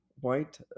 white